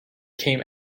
came